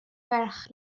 ferch